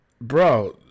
Bro